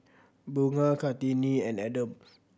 Bunga Kartini and Adam